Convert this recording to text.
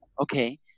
okay